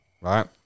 right